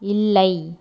இல்லை